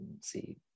See